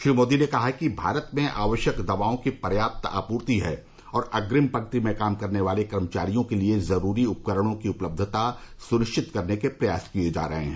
श्री मोदी ने कहा कि भारत में आवश्यक दवाओं की पर्याप्त आपूर्ति है और अग्रिम पंक्ति में काम करने वाले कर्मचारियों के लिए जरूरी उपकरणों की उपलब्धता सुनिश्चित करने के प्रयास किए जा रहे हैं